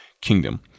kingdom